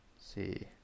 See